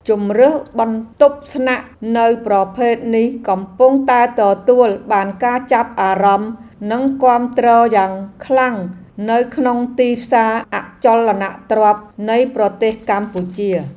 ជម្រើសបន្ទប់ស្នាក់នៅប្រភេទនេះកំពុងតែទទួលបានការចាប់អារម្មណ៍ និងគាំទ្រយ៉ាងខ្លាំងនៅក្នុងទីផ្សារអចលនទ្រព្យនៃប្រទេសកម្ពុជា។